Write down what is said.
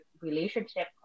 relationship